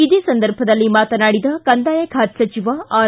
ಇದೇ ಸಂದರ್ಭದಲ್ಲಿ ಮಾತನಾಡಿದ ಕಂದಾಯ ಖಾತೆ ಸಚಿವ ಆರ್